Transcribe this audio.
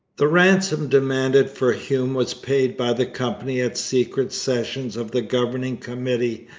the ransom demanded for hume was paid by the company at secret sessions of the governing committee,